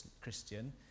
Christian